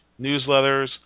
newsletters